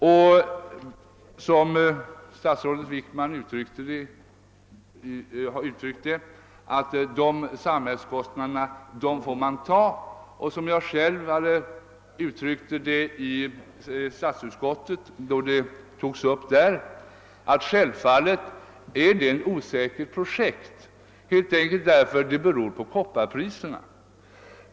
Men som statsrådet Wickman uttryckte det: Dessa samhällskostnaderna får man ta. Själv uttryckte jag det så här då frågan togs upp i statsutskottet: Självfallet är detta ett osäkert projekt, helt enkelt därför att så mycket beror på kopparpriserna.